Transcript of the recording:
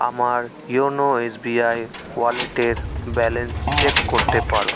আমার YONO SBI ওয়ালেটের balance check করতে পারো